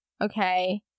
okay